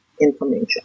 information